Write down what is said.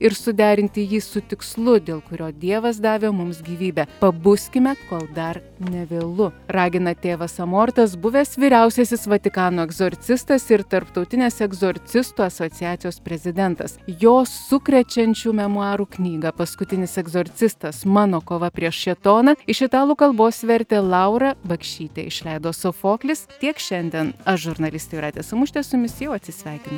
ir suderinti jį su tikslu dėl kurio dievas davė mums gyvybę pabuskime kol dar nevėlu ragina tėvas emortas buvęs vyriausiasis vatikano egzorcistas ir tarptautinės egzorcistų asociacijos prezidentas jo sukrečiančių memuarų knygą paskutinis egzorcistas mano kova prieš šėtoną iš italų kalbos vertė laura bakšytė išleido sofoklis tiek šiandien aš žurnalistė jūratė samušytė su jumis jau atsisveikinu